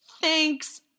thanks